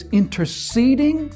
interceding